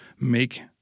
make